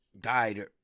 died